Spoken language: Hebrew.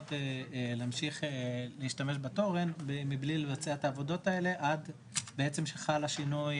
לחברות להמשיך להשתמש בתורן מבלי לבצע את העבודות האלה עד שחל השינוי